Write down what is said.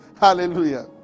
Hallelujah